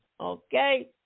okay